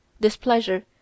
displeasure